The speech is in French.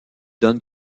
donne